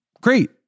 Great